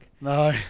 No